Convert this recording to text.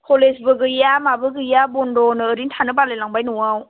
कलेजबो गैया माबो गैया बन्द'नो ओरैनो थानो बालाय लांबाय न'आव